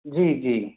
जी जी